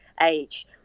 age